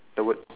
the word